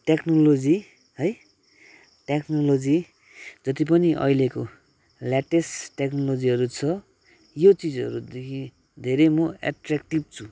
technology है technology जति पनि अहिलेको ल्याटेस्ट टेक्नोलोजीहरू छ यो चिजहरूदेखि धेरै म एट्र्याक्टिभ छु